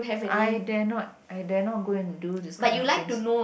I dare not I dare not go and do this kind of things